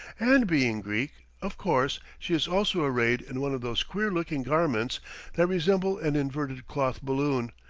and being greek, of course she is also arrayed in one of those queer-looking garments that resemble an inverted cloth balloon,